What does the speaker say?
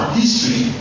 history